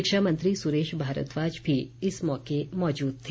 शिक्षा मंत्री सुरेश भारद्वाज भी इस मौके मौजूद थे